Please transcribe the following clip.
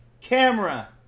Camera